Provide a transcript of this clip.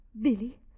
Billy